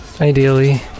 Ideally